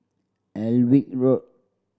Alnwick Road